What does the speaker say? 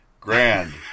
grand